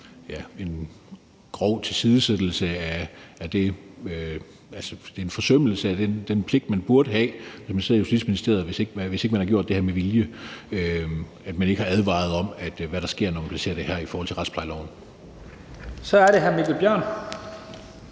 en grov tilsidesættelse, altså en forsømmelse af den pligt, man burde have, når man sidder i Justitsministeriet, hvis ikke man har gjort det her med vilje, altså at man ikke har advaret om, hvad der sker, når man placerer det her i forhold til retsplejeloven. Kl. 12:02 Første